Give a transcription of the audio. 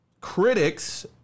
critics